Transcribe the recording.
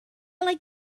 like